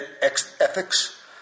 ethics